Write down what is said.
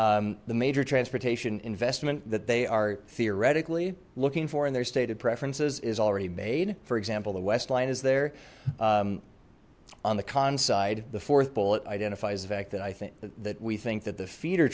the major transportation investment that they are theoretically looking for in their stated preferences is already made for example the west line is there on the con side the fourth bullet identifies the fact that i think that we think that the feeder